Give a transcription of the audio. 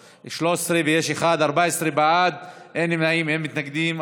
13, ויש אחד, 14 בעד, אין נמנעים ואין מתנגדים.